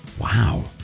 Wow